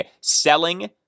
selling